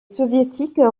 soviétiques